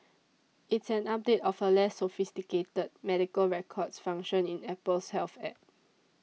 it's an update of a less sophisticated medical records function in Apple's Health App